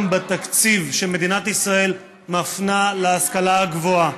בתקציב שמדינת ישראל מפנה להשכלה הגבוהה.